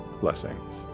blessings